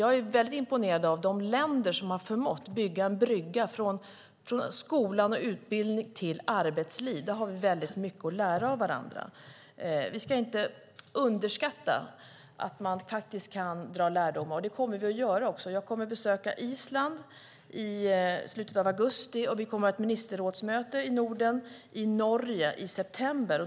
Jag är imponerad av de länder som har förmått bygga en brygga från skola och utbildning till arbetsliv. Där har vi mycket att lära av varandra. Vi ska inte underskatta att man kan dra lärdom. Jag kommer att besöka Island i slutet av augusti, och vi kommer att ha ett ministerrådsmöte i Norge i september.